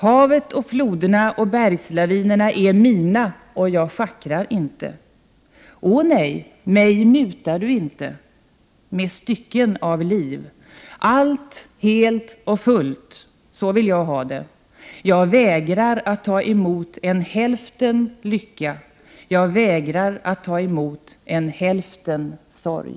Havet och floderna och bergslavinerna är mina — och jag schackrar inte! Ånej - mej mutar du inte med stycken av liv! Allt helt och fullt! Så vill jag ha det! Jag vägrar att ta emot en hälften lycka Jag vägrar att ta emot en hälften sorg!